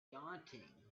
daunting